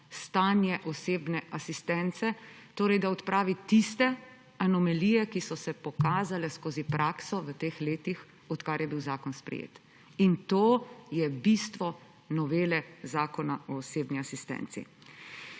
stanje osebne asistence, torej da odpravi tiste anomalije, ki so se pokazale skozi prakso v teh letih, odkar je bil zakon sprejet; in to je bistvo novele Zakona o osebni asistenci.